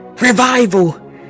revival